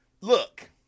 look